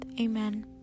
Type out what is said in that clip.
Amen